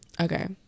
Okay